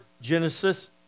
Genesis